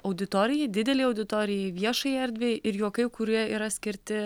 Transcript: auditorijai didelei auditorijai viešajai erdvei ir juokai kurie yra skirti